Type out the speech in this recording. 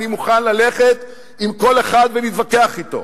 אני מוכן ללכת עם כל אחד ולהתווכח אתו,